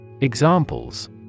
Examples